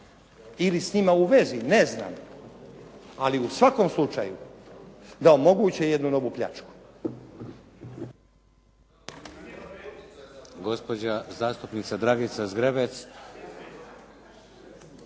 ili s njima u vezi, ne znam. Ali u svakom slučaju da omoguće jednu novu pljačku.